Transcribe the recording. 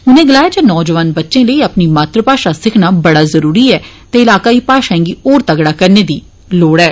उनें गलाया जे नौजोआन बच्चें लेई अपनी मात्र भाषा सिखना बड़ा जरूरी ऐ ते ईलाकाई भाषाएं गी होर तगड़ा करने दी लोड़ ऐ